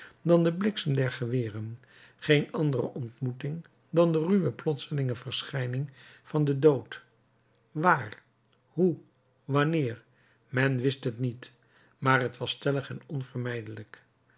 dan de bliksem der geweren geen andere ontmoeting dan de ruwe plotselinge verschijning van den dood waar hoe wanneer men wist het niet maar t was stellig en onvermijdelijk